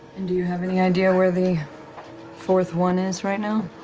and do you have any idea where the fourth one is right now?